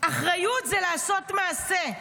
"אחריות זה לעשות מעשה,